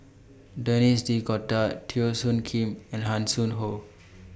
Denis D'Cotta Teo Soon Kim and Hanson Ho